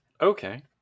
Okay